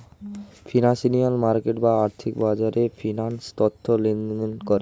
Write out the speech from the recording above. financial market বা আর্থিক বাজারে ফিন্যান্স তথ্য লেনদেন করে